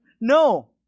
No